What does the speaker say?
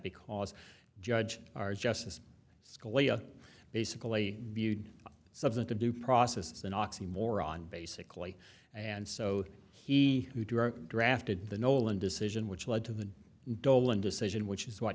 because judge our justice scalia basically viewed substantive due process as an oxymoron basically and so he drafted the nolan decision which led to the dolan decision which is wh